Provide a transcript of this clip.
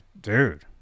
dude